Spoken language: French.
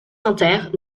inter